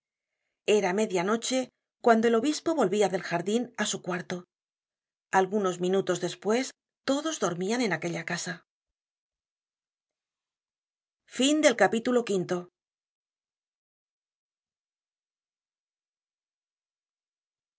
era media noche cuando el obispo volvia del jardin á su cuarto algunos minutos despues todos dormian en aquella casa